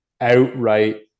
outright